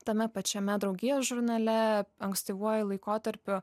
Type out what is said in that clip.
tame pačiame draugijos žurnale ankstyvuoju laikotarpiu